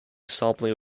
sampling